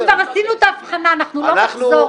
אנחנו יכולים לפחות לנסות לשכנע.